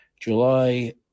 July